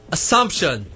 Assumption